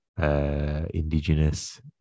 Indigenous